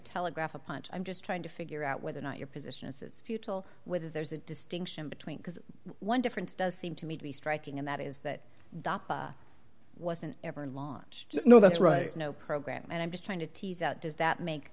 telegraph a punch i'm just trying to figure out whether or not your position is it's futile whether there's a distinction between because one difference does seem to me to be striking and that is that wasn't ever launched no that's right it's no program and i'm just trying to tease out does that make